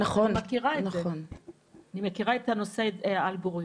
אני מכירה את הנושא על בוריו.